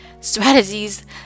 strategies